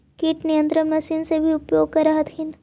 किट नियन्त्रण मशिन से भी उपयोग कर हखिन?